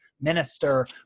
minister